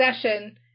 session